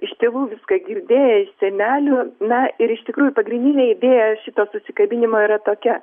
iš tėvų viską girdėję iš senelių na ir iš tikrųjų pagrindinė idėja šito susikabinimo yra tokia